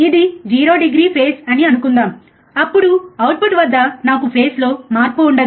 ఇది 0 degree phase అని అనుకుందాం అప్పుడు అవుట్పుట్ వద్ద నాకు ఫేస్ లో మార్పు ఉండదు